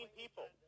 people